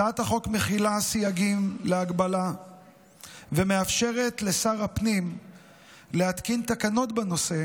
הצעת החוק מכילה סייגים להגבלה ומאפשרת לשר הפנים להתקין תקנות בנושא,